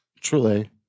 Truly